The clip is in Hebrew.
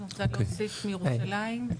אני רוצה להוסיף מירושלים.